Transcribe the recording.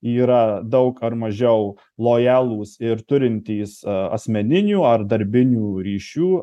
yra daug ar mažiau lojalūs ir turintys asmeninių ar darbinių ryšių